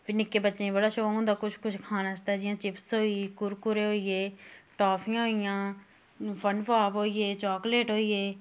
फ्ही निक्के बच्चें गी बड़ा शौक होंदा किश किश खानै आस्तै जियां चिप्स होई कुरकुरे होईये टाफियां होई गेईयै फनपॉप होईये चाकलेट होईये